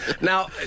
now